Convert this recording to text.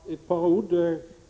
Herr talman!